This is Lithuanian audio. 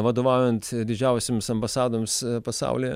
vadovaujant didžiausiems ambasadoms pasaulyje